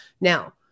Now